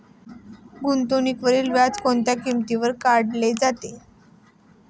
गुंतवणुकीवरील व्याज कोणत्या किमतीवर काढले जाते?